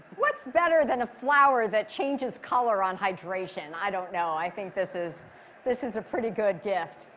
what's better than a flower that changes color on hydration? i don't know. i think this is this is a pretty good gift.